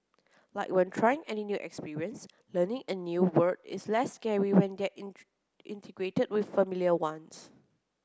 like when trying any new experience learning a new word is less scary when they are integrated with familiar ones